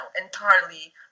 entirely